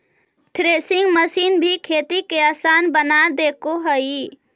threshing machine भी खेती के आसान बना देके हइ